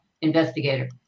investigator